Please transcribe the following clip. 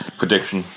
prediction